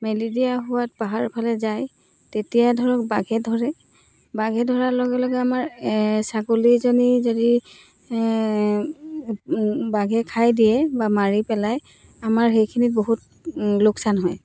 মেলি দিয়া হোৱাত পাহাৰৰফালে যায় তেতিয়া ধৰক বাঘে ধৰে বাঘে ধৰাৰ লগে লগে আমাৰ ছাগলীজনী যদি বাঘে খাই দিয়ে বা মাৰি পেলাই আমাৰ সেইখিনি বহুত লোকচান হয়